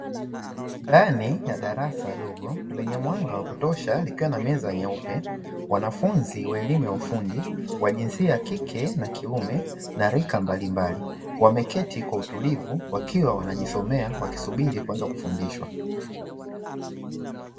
Ndani ya darasa dogo lenye mwanga wa kutosha likiwa na meza nyeupe, wanafunzi wa elimu ya ufundi wa jinsia ya kike na kiume na rika mbalimbali, wameketi kwa utulivu wakiwa wanajisomea wakisubiri kuanza kufundishwa.